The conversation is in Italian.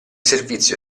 servizio